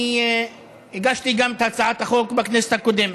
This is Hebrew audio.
אני הגשתי את הצעת החוק גם בכנסת הקודמת,